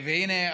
והינה,